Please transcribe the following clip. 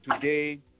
today